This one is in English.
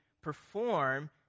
perform